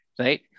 Right